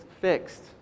fixed